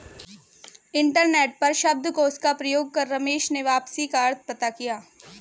internet पर शब्दकोश का प्रयोग कर रमेश ने वापसी का अर्थ पता किया